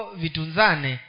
vitunzane